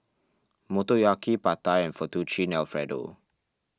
Motoyaki Pad Thai and Fettuccine Alfredo